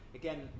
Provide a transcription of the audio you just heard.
again